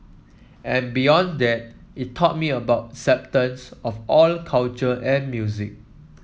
and beyond that it taught me about acceptance of all cultures and music